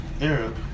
Arab